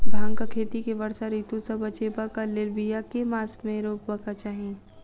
भांगक खेती केँ वर्षा ऋतु सऽ बचेबाक कऽ लेल, बिया केँ मास मे रोपबाक चाहि?